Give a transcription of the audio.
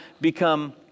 become